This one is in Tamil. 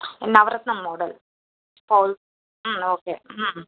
நவரத்ன மாடல் போல் ம் ஓகே ம்